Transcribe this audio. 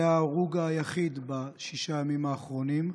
זה ההרוג היחיד בששת הימים האחרונים.